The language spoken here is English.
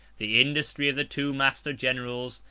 the industry of the two master-generals,